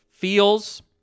feels